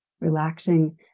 relaxing